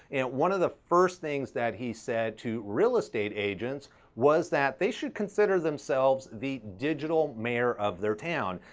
and one of the first things that he said to real estate agents was that they should consider themselves the digital mayor of their town,